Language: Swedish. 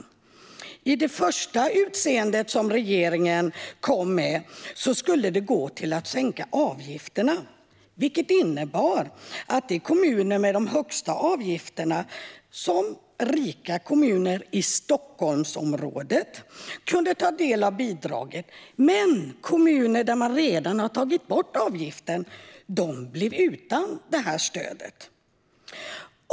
I regeringens första utkast sa man att bidraget skulle gå till att sänka avgifterna, vilket innebar att kommuner med de högsta avgifterna - däribland rika kommuner i Stockholmsområdet - kunde ta del av bidraget, medan kommuner som redan tagit bort avgiften blev utan stöd.